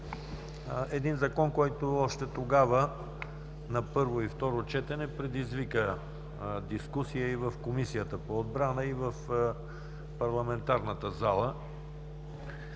един закон, който още тогава на първо и второ четене предизвика дискусия и в Комисията по отбраната, и в парламентарната зала,